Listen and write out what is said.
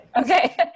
Okay